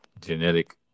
genetic